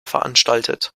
veranstaltet